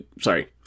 sorry